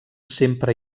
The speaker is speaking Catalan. sempre